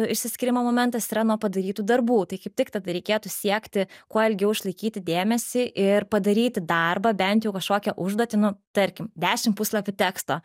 išsiskyrimo momentas yra nuo padarytų darbų tai kaip tik tada reikėtų siekti kuo ilgiau išlaikyti dėmesį ir padaryti darbą bent jau kažkokią užduotį nu tarkim dešim puslapių teksto